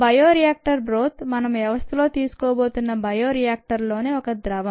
bio reactor broth మనం వ్యవస్థలో తీసుకోబోతున్న బయోరియాక్టర్లోని ఒక ద్రవం